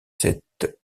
cette